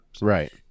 Right